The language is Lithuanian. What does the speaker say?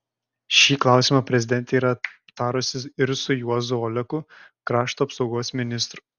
šį klausimą prezidentė yra aptarusi ir su juozu oleku krašto apsaugos ministru